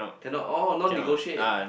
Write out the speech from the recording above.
cannot oh none negotiate